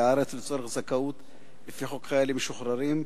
הארץ לצורך זכאות לפי חוק חיילים משוחררים.